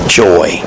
joy